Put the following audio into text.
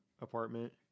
apartment